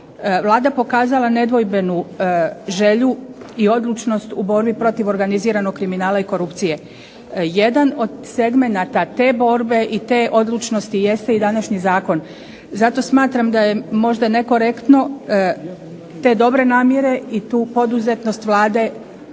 Vlada pokazala nedvojbenu želju i odlučnost u borbi protiv organiziranog kriminala i korupcije. Jedan od segmenata te borbe i te odlučnosti jeste i današnji zakon. Zato smatram da je možda nekorektno te dobre namjere i tu poduzetnost Vlade